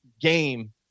game